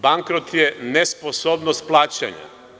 Bankrot je nesposobnost plaćanja.